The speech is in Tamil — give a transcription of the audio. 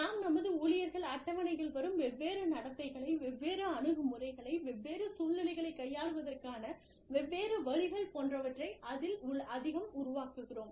நாம் நமது ஊழியர்கள் அட்டவணையில் வரும் வெவ்வேறு நடத்தைகளை வெவ்வேறு அணுகுமுறைகளை வெவ்வேறு சூழ்நிலைகளைக் கையாள்வதற்கான வெவ்வேறு வழிகள் போன்றவற்றை அதில் அதிகம் உருவாக்குகிறோம்